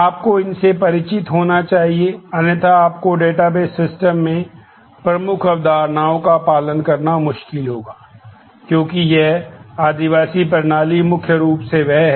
आपको इनसे परिचित होना चाहिए अन्यथा आपको डेटाबेस है